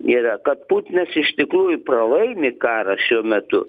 yra kad putinas iš tikrųjų pralaimi karą šiuo metu